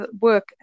work